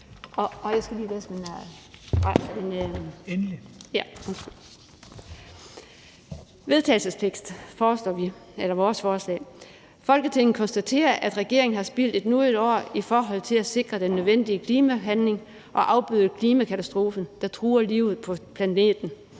vedtagelsestekst op: Forslag til vedtagelse »Folketinget konstaterer, at regeringen har spildt endnu et år i forhold til at sikre den nødvendige klimahandling og afbøde den klimakatastrofe, der truer livet på planeten.